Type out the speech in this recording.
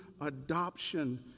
adoption